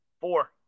Four